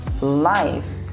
life